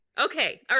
Okay